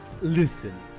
Listen